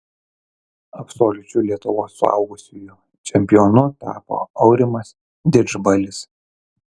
absoliučiu lietuvos suaugusiųjų čempionu tapo aurimas didžbalis